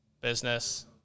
business